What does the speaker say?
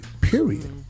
period